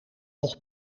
nog